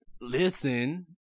Listen